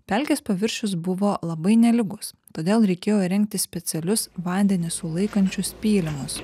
pelkės paviršius buvo labai nelygus todėl reikėjo įrengti specialius vandenį sulaikančius pylimus